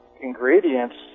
ingredients